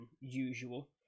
usual